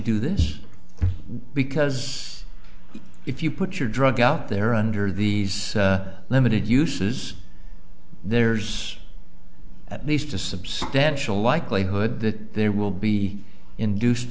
do this because if you put your drug out there under these limited uses there's at least a substantial likelihood that there will be induced